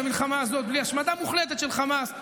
המלחמה הזאת בלי השמדה מוחלטת של חמאס,